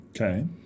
Okay